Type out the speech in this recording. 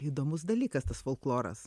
įdomus dalykas tas folkloras